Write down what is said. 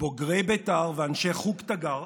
בוגרי בית"ר ואנשי חוג תגר,